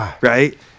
right